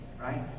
right